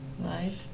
right